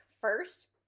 first